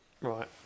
Right